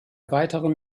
weiteren